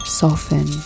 soften